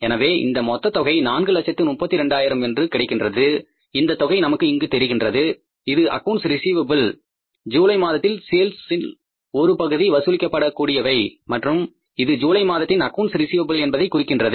எனவே இந்த மொத்த தொகை நான்கு லட்சத்து 32 ஆயிரம் என்று கிடைக்கின்றது இந்த தொகை நமக்கு இங்கு தெரிகின்றது இது அக்கவுண்ட்ஸ் ரிஸீவப்பில் ஜூலை மாதத்தின் சேல்ஸில் ஒரு பகுதி வசூலிக்கப்பட கூடியவை மற்றும் இது ஜூலை மாதத்தின் அக்கவுண்ட்ஸ் ரிஸீவப்பில் என்பதை குறிக்கின்றது